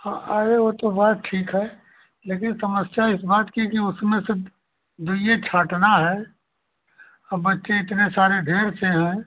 अरे वह तो बात ठीक है लेकिन समस्या इस बात की कि उसमें से जो यह छाँटना है अब बच्चे इतने सारे ढेर से हैं